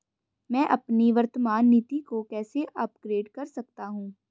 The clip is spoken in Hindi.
मैं अपनी वर्तमान नीति को कैसे अपग्रेड कर सकता हूँ?